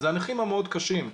זה הנכים המאוד קשים.